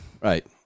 Right